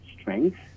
strength